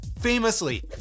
famously